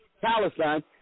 Palestine